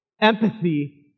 Empathy